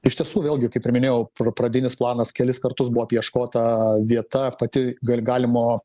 iš tiesų vėlgi kaip ir minėjau pra pradinis planas kelis kartus buvo apieškota vieta pati gal galimo